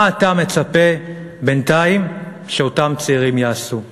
מה אתה מצפה שאותם צעירים יעשו בינתיים?